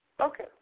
Okay